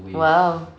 !wow!